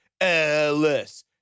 ellis